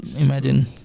imagine